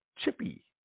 Chippy